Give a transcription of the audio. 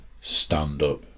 stand-up